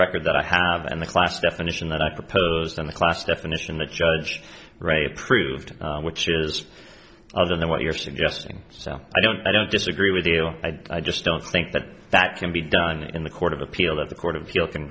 record that i have and the class definition that i proposed in the class definition that judge wright approved which is other than what you're suggesting so i don't i don't disagree with you i just don't think that that can be done in the court of appeal that the court